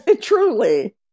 truly